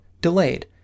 delayed